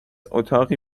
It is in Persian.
اتاقی